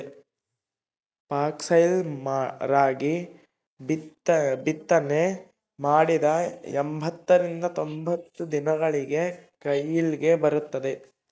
foxtail ರಾಗಿ ಬಿತ್ತನೆ ಮಾಡಿದ ಎಂಬತ್ತರಿಂದ ತೊಂಬತ್ತು ದಿನಗಳಲ್ಲಿ ಕೊಯ್ಲಿಗೆ ಬರುತ್ತದೆ